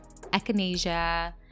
echinacea